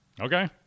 Okay